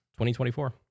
2024